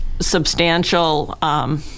substantial